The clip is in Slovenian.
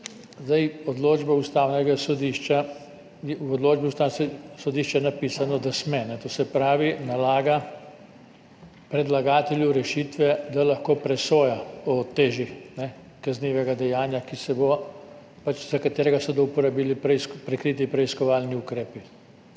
lepa. V odločbi Ustavnega sodišča je napisano, da sme, to se pravi, nalaga predlagatelju rešitve, da lahko presoja o teži kaznivega dejanja, za katero se bodo uporabili prikriti preiskovalni ukrepi.